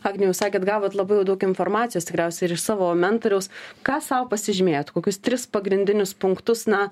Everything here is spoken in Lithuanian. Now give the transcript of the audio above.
agniau jūs sakėt gavot labai jau daug informacijos tikriausiai ir iš savo mentoriaus ką sau pasižymėjot kokius tris pagrindinius punktus na